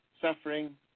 suffering